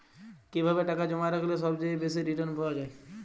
কিভাবে টাকা জমা রাখলে সবচেয়ে বেশি রির্টান পাওয়া য়ায়?